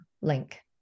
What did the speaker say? link